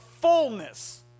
fullness